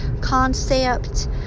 concept